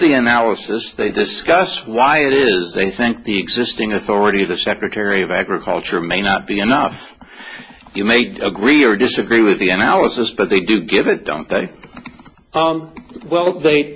the analysis they discuss why it is they think the existing authority of the secretary of agriculture may not be enough you made agree or disagree with the analysis but they do give it don't think well